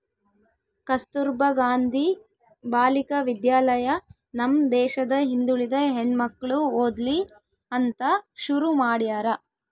ಕಸ್ತುರ್ಭ ಗಾಂಧಿ ಬಾಲಿಕ ವಿದ್ಯಾಲಯ ನಮ್ ದೇಶದ ಹಿಂದುಳಿದ ಹೆಣ್ಮಕ್ಳು ಓದ್ಲಿ ಅಂತ ಶುರು ಮಾಡ್ಯಾರ